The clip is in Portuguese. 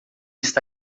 está